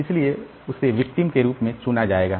इसलिए उसे विक्टिम के रूप में चुना जाएगा